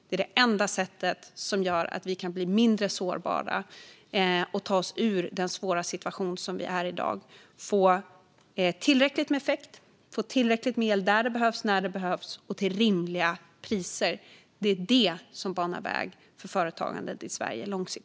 Det är det enda sättet på vilket vi kan bli mindre sårbara, ta oss ur den svåra situation vi i dag är i, få tillräckligt med effekt och få tillräckligt med el där det behövs, när det behövs och till rimliga priser. Det är det som banar väg för företagandet i Sverige långsiktigt.